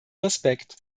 respekt